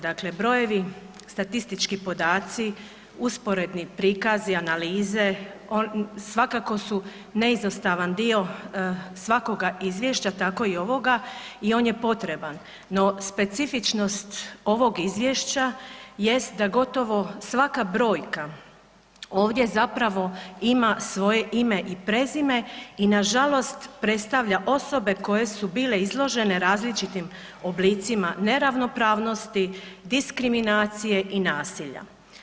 Dakle, brojevi, statistički podaci, usporedni prikazi, analize, svakako su neizostavan dio svakoga izvješća tako i ovoga i on je potreban, no specifičnost ovog izvješća jest da gotovo svaka brojka ovdje zapravo ima svoje ime i prezime i nažalost predstavlja osobe koje su bile izložene različitim oblicima neravnopravnosti, diskriminacije i nasilja.